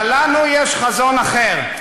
אבל לנו יש חזון אחר.